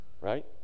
Right